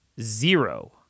zero